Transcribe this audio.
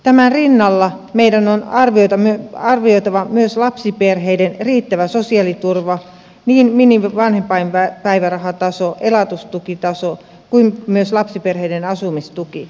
tämän rinnalla meidän on arvioitava myös lapsiperheiden riittävä sosiaaliturva niin minimivanhempainpäivärahataso elatustukitaso kuin myös lapsiperheiden asumistuki